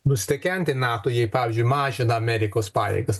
nustekenti nato jei pavyzdžiui mažina amerikos pajėgas